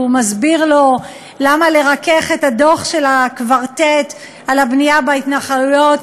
והוא מסביר לו למה לרכך את הדוח של הקוורטט על הבנייה בהתנחלויות,